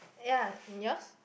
ya yours